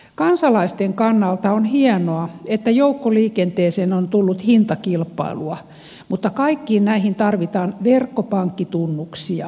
kansalaisten kannalta on hienoa että joukkoliikenteeseen on tullut hintakilpailua mutta kaikkiin näihin tarvitaan verkkopankkitunnuksia